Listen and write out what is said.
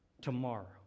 tomorrow